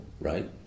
right